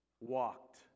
walked